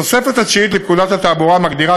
התוספת התשיעית לפקודת התעבורה מגדירה